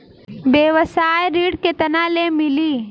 व्यवसाय ऋण केतना ले मिली?